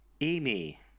Amy